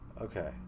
Okay